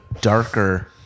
darker